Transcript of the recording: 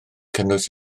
cynnwys